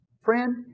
friend